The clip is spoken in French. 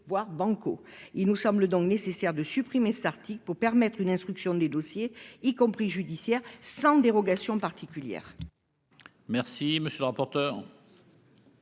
voire bancals. Il nous semble donc nécessaire de supprimer l'article 5 pour permettre une instruction des dossiers, y compris judiciaires, sans dérogation particulière.